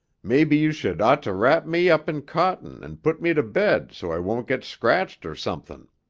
maybe you should ought to wrap me up in cotton and put me to bed so i won't get scratched or something.